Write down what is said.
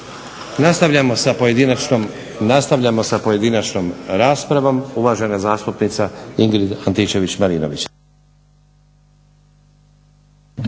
Nastavljamo sa pojedinačnom raspravom. Uvažena zastupnica Ingrid Antičević-Marinović.